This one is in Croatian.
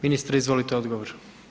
Ministre, izvolite odgovor.